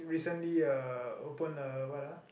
recently uh open uh what ah